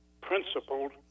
principled